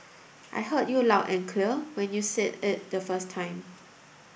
I heard you loud and clear when you said it the first time